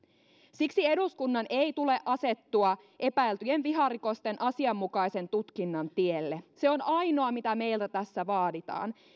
siksi eduskunnan ei tule asettua epäiltyjen viharikosten asianmukaisen tutkinnan tielle se on ainoa mitä meiltä tässä vaaditaan